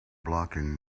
blocking